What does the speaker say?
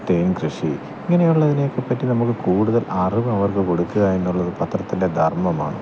തേൻ കൃഷി ഇങ്ങനെയുള്ളതിനൊക്കെ പറ്റി നമുക്ക് കൂടുതൽ അറിവ് അവർക്ക് കൊടുക്കുക എന്നുള്ളത് പത്രത്തിൻ്റെ ധർമ്മമാണ്